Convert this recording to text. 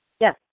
Yes